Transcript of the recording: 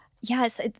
Yes